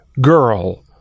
girl